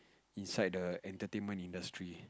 inside the entertainment industry